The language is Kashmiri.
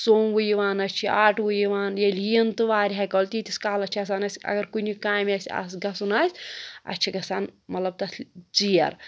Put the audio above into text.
سوٗموٕے یِوان نہَ چھِ آٹوٗ یِوان ییٚلہِ یِنۍ تہٕ واریاہ کٲلۍ تیٖتِس کالس چھِ آسان اَسہِ اَگر کُنہِ کامہِ آسہِ اَسہِ گَژھُن آسہِ اَسہِ چھِ گَژھان مطلب تَتھ ژیر